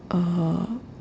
uh